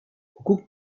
hukuk